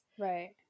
Right